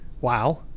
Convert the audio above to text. Wow